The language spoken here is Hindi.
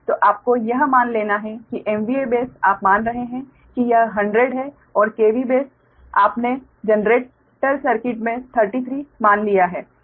तो आपको यह मान लेना होगा कि MVA बेस आप मान रहे हैं कि यह 100 है और KV बेस आपने जनरेटर सर्किट में 33 मान लिया है